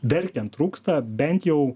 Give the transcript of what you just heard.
verkiant trūksta bent jau